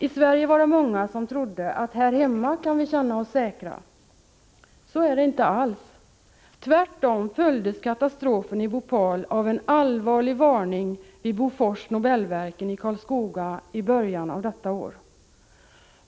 I Sverige var det många som trodde att vi här hemma skulle kunna känna oss säkra. Så är det inte alls. Katastrofen i Bhopal följdes av en allvarlig varning vid Bofors AB Nobelverken i Karlskoga i början av detta år.